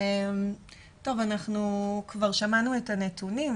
אנחנו כבר שמענו את הנתונים,